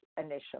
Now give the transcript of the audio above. initially